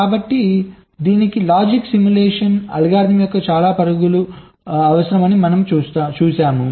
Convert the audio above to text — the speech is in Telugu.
కాబట్టి దీనికి లాజిక్ సిమ్యులేషన్ అల్గోరిథం యొక్క చాలా పరుగులు అవసరమని మనము చూశాము